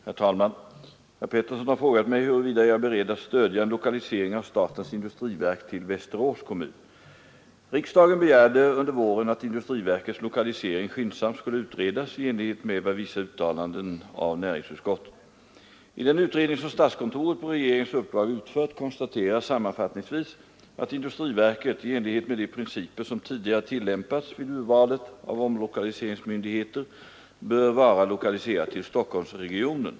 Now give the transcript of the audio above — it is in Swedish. Herr talman! Herr Pettersson i Västerås har frågat mig huruvida jag är beredd att stödja en lokalisering av statens industriverk till Västerås kommun. Riksdagen begärde under våren att industriverkets lokalisering skyndsamt skulle utredas i enlighet med vissa uttalanden av näringsutskottet. I den utredning som statskontoret på regeringens uppdrag utfört konstateras sammanfattningsvis att industriverket — i enlighet med de principer som tidigare tillämpats vid urvalet av omlokaliseringsmyndigheter — bör vara lokaliserat till Stockholmsregionen.